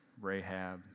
Rahab